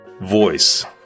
voice